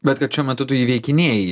bet kad šiuo metu tu įveikinėji